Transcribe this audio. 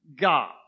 God